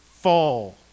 fall